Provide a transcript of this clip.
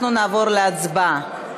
אנחנו נעבור להצבעה.